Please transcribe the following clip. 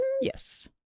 Yes